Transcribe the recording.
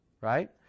right